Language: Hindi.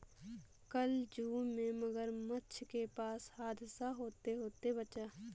कल जू में मगरमच्छ के पास हादसा होते होते बचा